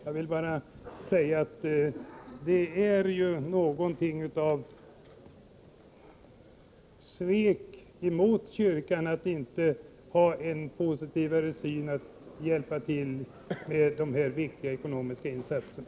Jag vill bara säga att det är någonting av ett svek mot kyrkan att inte ha en positivare syn då det gäller att hjälpa till med de här viktiga ekonomiska insatserna.